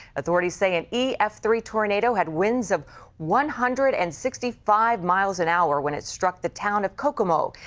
authorities say an e f three tornado had winds of one hundred and sixty five miles per and hour when it struck the town of kokomo.